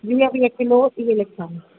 वीह वीह किलो इहे लिखांव